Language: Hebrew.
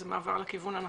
זהו מעבר לכיוון הנכון.